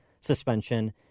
suspension